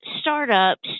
startups